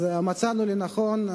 אז מצאנו לנכון,